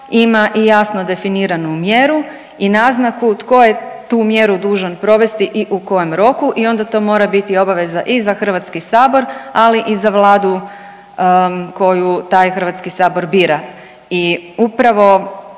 ima i jasno definiranu mjeru i naznaku tko je tu mjeru dužan provesti i u kojem roku i onda to mora biti obaveza i za HS, ali i za Vladu koju taj HS bira. I upravo